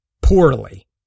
poorly